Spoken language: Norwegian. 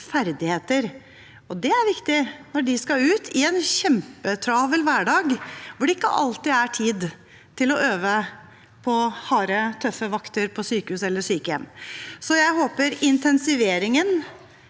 ferdigheter. Det er viktig når de skal ut i en kjempetravel hverdag hvor det ikke alltid er tid til å øve, under harde, tøffe vakter på sykehus eller sykehjem. Jeg håper intensiveringen